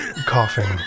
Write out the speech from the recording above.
Coughing